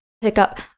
pickup